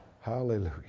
Hallelujah